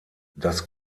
das